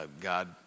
God